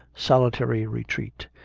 solitary retreat,